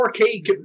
4K